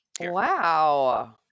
wow